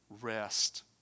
Rest